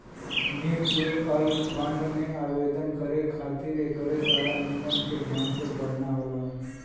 mutual fund में आवेदन करे खातिर एकरे सारा नियम के ध्यान से पढ़ना होला